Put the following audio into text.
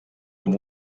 com